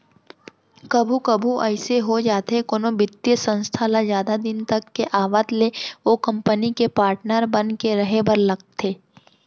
कभू कभू अइसे हो जाथे कोनो बित्तीय संस्था ल जादा दिन तक के आवत ले ओ कंपनी के पाटनर बन के रहें बर लगथे